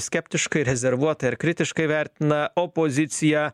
skeptiškai rezervuota ar kritiškai vertina opoziciją